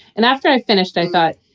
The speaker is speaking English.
and after i finished, i thought,